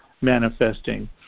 manifesting